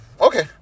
okay